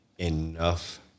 enough